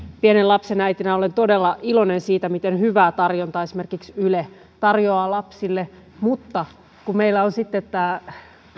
pienen lapsen äitinä olen todella iloinen siitä miten hyvää tarjontaa esimerkiksi yle tarjoaa lapsille mutta kun meillä on sitten tämä